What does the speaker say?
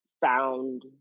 found